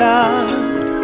God